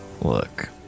look